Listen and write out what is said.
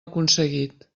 aconseguit